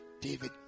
David